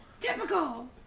Typical